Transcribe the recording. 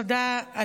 תודה.